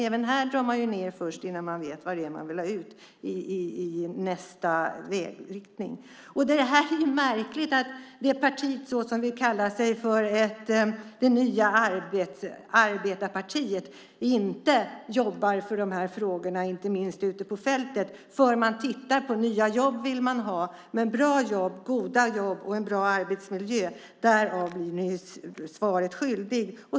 Även här drar man ned först innan man vet vad det är man vill ha ut i nästa led. Det är märkligt att det parti som vill kalla sig för det nya arbetarpartiet inte jobbar för de här frågorna ute på fältet. Nya jobb vill man ha, men när det gäller bra jobb, goda jobb och en bra arbetsmiljö är ministern svaret skyldig.